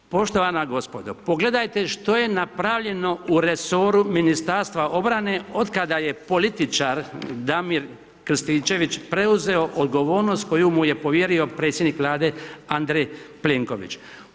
Poštovana gospodo, pogledajte što je napravljeno u resoru Ministarstva obrane otkada je političar Damir Krstičević preuzeo odgovornost koju mu je povjerio predsjednik Vlade Andrej Plenković.